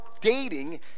dating